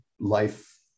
life